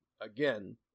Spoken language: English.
Again